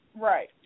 Right